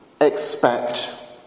expect